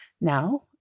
Now